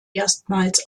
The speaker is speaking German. erstmals